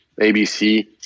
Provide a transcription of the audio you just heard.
ABC